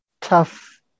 tough